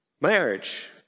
marriage